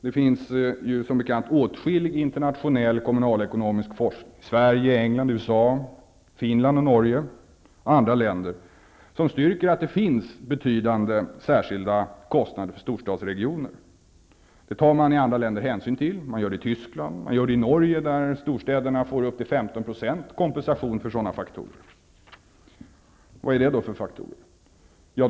Det finns som bekant åtskillig internationell kommunalekonomisk forskning -- i Sverige, England, USA, Finland, Norge m.fl. -- som styrker att det finns betydande, särskilda kostnader för storstadsregioner. Det tar man i andra länder hänsyn till. Man gör det i Tyskland. I Norge får storstäderna upp till 15 % kompensation för sådana faktorer. Vilka faktorer är det då?